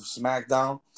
SmackDown